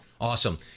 Awesome